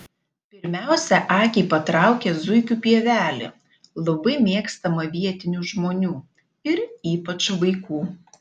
pirmiausia akį patraukia zuikių pievelė labai mėgstama vietinių žmonių ir ypač vaikų